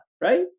right